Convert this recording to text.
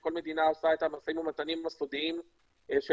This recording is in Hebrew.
שכל מדינה עושה את המשאים ומתנים הסודיים שלה,